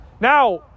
Now